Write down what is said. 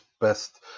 best